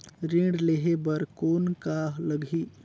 ऋण लेहे बर कौन का लगही?